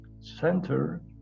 center